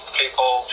people